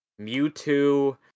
Mewtwo